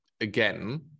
again